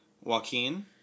Joaquin